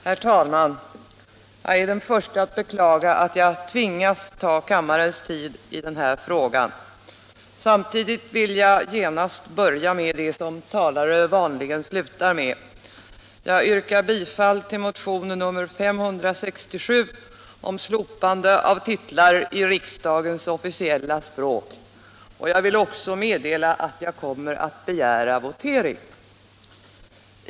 Herr talman! Jag är den första att beklaga att jag tvingas ta kammarens tid i anspråk i den här frågan. Samtidigt vill jag genast börja med det som talare vanligen slutar med. Jag yrkar bifall till motionen 1976/77:567 om slopande av titlar i riksdagens officiella språk, och jag vill också meddela att jag kommer att begära votering.